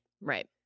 Right